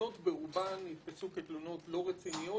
התלונות ברובן נתפסו כתלונות לא רציניות